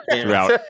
throughout